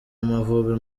amavubi